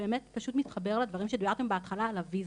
שבאמת פשוט מתחבר לדברים שתיארתם בהתחלה על הוויזות.